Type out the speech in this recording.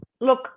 Look